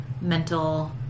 mental